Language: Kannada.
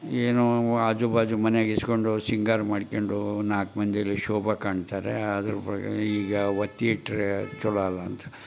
ಏನು ಆಜು ಬಾಜು ಮನ್ಯಾಗೆ ಇಸಕೊಂಡು ಸಿಂಗಾರ ಮಾಡ್ಕ್ಯಂಡು ನಾಲ್ಕು ಮಂದಿಲಿ ಶೋಭೆ ಕಾಣ್ತಾರೆ ಆದರು ಈಗ ಒತ್ತೆ ಇಟ್ಟರೆ ಚಲೋ ಅಲ್ಲಂತ